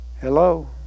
Hello